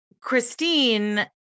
christine